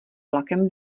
vlakem